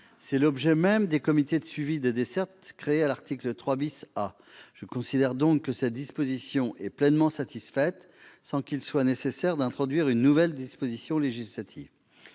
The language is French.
C'est l'objet même des comités de suivi des dessertes créés à l'article 3 A. Je considère que cette disposition est pleinement satisfaite sans qu'il soit nécessaire d'introduire une nouvelle disposition législative.